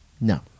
No